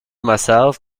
myself